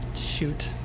shoot